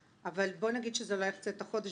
אבל בואי נגיד שזה לא יחצה את החודש